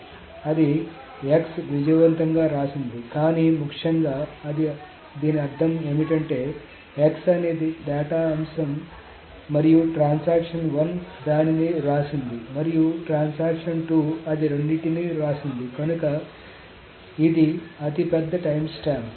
కాబట్టి అది x విజయవంతంగా వ్రాసింది కానీ ముఖ్యంగా దీని అర్థం ఏమిటంటే x అనేది డేటా అంశం మరియు ట్రాన్సాక్షన్ 1 దానిని వ్రాసింది మరియు ట్రాన్సాక్షన్ 2 అది రెండింటినీ వ్రాసింది కనుక ఇది అతిపెద్ద టైమ్స్టాంప్